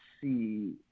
see